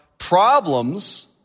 Problems